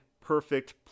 perfect